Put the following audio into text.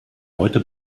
heute